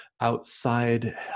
outside